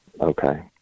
Okay